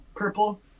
purple